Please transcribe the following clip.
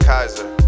Kaiser